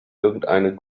irgendeine